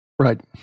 Right